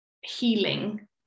healing